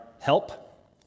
help